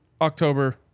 October